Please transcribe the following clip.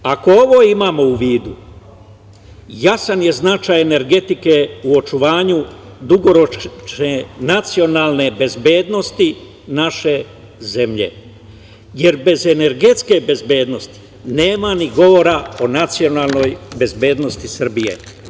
Ako ovo imamo u vidu, jasan je značaj energetike u očuvanju dugoročne nacionalne bezbednosti naše zemlje, jer bez energetske bezbednosti nema ni govora o nacionalnoj bezbednosti Srbije.